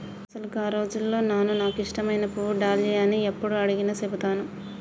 అసలు గా రోజుల్లో నాను నాకు ఇష్టమైన పువ్వు డాలియా అని యప్పుడు అడిగినా సెబుతాను